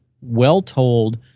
well-told